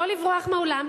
לא לברוח מהאולם,